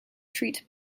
treat